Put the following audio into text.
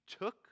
took